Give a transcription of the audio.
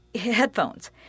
headphones